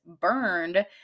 burned